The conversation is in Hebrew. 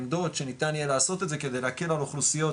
עמדות שניתן יהיה לעשות את זה כדי להקל על אוכלוסיות